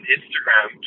Instagram